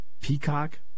Peacock